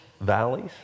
valleys